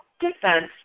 defense